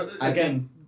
Again